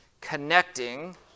connecting